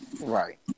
Right